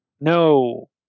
no